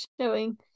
showing